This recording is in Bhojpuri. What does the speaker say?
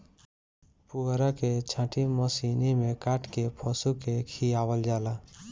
पुअरा के छाटी मशीनी में काट के पशु के खियावल जाला